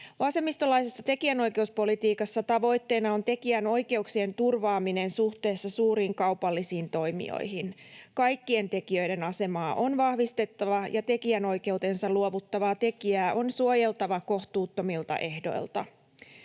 Vasemmistolaisessa tekijänoikeuspolitiikassa tavoitteena on tekijänoikeuksien turvaaminen suhteessa suuriin kaupallisiin toimijoihin. Kaikkien tekijöiden asemaa on vahvistettava, ja tekijänoikeutensa luovuttavaa tekijää on suojeltava kohtuuttomilta ehdoilta.